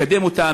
לקדם אותם,